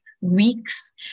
weeks